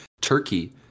Turkey